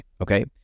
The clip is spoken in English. Okay